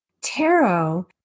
Tarot